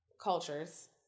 cultures